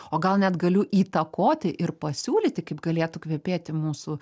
o gal net galiu įtakoti ir pasiūlyti kaip galėtų kvepėti mūsų